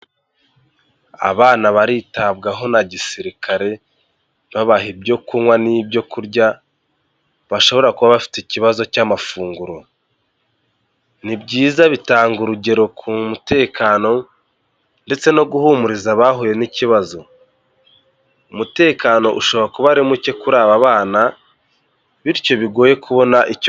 Abana baritabwaho na gisirikare, babaha ibyo kunywa n'ibyo kurya, bashobora kuba bafite ikibazo cy'amafunguro. Ni byiza bitanga urugero ku mutekano, ndetse no guhumuriza abahuye n'ikibazo. Umutekano ushobora kuba ari muke kuri aba bana bityo bigoye kubona icyo.